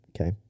Okay